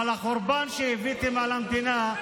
אבל החורבן שהבאתם על המדינה,